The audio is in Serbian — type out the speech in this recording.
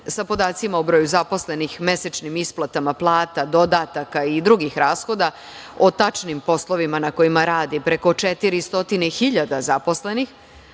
sa podacima o broju zaposlenih, mesečnim isplatama plata, dodataka i drugih rashoda, o tačnim poslovima na kojima rade preko 400 hiljada zaposlenih,